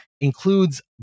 includes